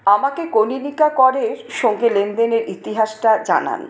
আমাকে কনীনিকা করের সঙ্গে লেনদেনের ইতিহাসটা জানান